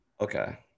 Okay